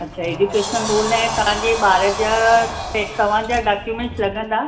अछा education loan तव्हांजे ॿार जा ऐं तव्हांजा डाक्यूमेंट्स लॻंदा